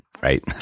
Right